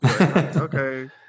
okay